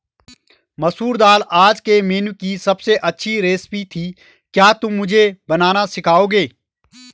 मसूर दाल आज के मेनू की अबसे अच्छी रेसिपी थी क्या तुम मुझे बनाना सिखाओंगे?